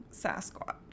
Sasquatch